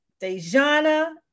Dejana